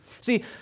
See